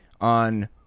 on